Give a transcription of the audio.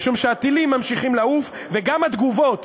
משום שהטילים ממשיכים לעוף, וגם התגובות